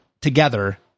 together